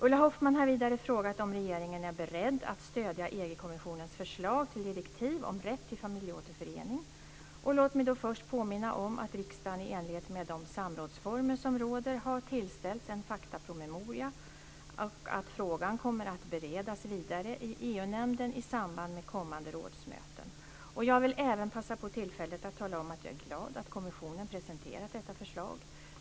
Ulla Hoffmann har vidare frågat om regeringen är beredd att stödja EG-kommissionens förslag till direktiv om rätt till familjeåterförening. Låt mig då först påminna om att riksdagen i enlighet med de samrådsformer som råder, har tillställts en faktapromemoria och att frågan kommer att beredas vidare i Jag vill även passa på tillfället att tala om att jag är glad att kommissionen presenterat detta förslag.